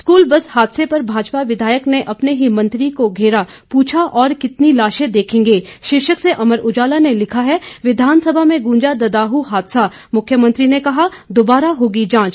school bus हादसों पर भाजपा विधायक ने अपने ही मंत्री को घेरा पूछा और कितनी लाशें देखेंगे शीर्षक से अमर उजाला ने लिखा है विधानसभा में गूंजा ददाहू हादसा मुख्यमंत्री ने कहा दोबारा होगी जांच